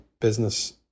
business